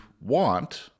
want